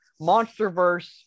monsterverse